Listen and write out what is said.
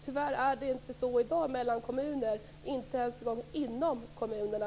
Tyvärr är det inte så i dag mellan kommuner, inte ens inom kommunerna.